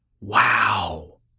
Wow